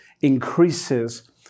increases